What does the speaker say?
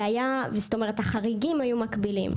והחריגים היו מקבילים.